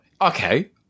okay